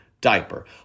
Diaper